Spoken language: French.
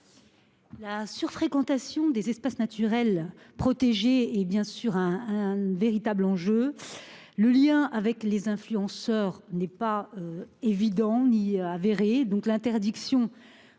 La surfréquentation des espaces naturels protégés est bien sûr un véritable enjeu. Le lien avec les influenceurs n'est pas évident ni avéré.